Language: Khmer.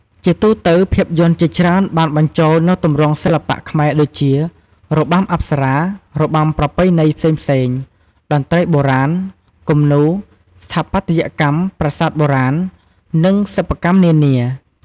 ជាទូទៅភាពយន្តជាច្រើនបានបញ្ចូលនូវទម្រង់សិល្បៈខ្មែរដូចជា របាំអប្សរា របាំប្រពៃណីផ្សេងៗ តន្ត្រីបុរាណ គំនូរ ស្ថាបត្យកម្មប្រាសាទបុរាណ និងសិប្បកម្មនានា ។